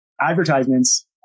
advertisements